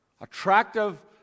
Attractive